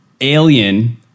Alien